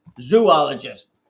Zoologist